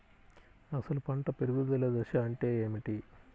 అసలు పంట పెరుగుదల దశ అంటే ఏమిటి?